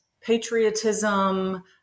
patriotism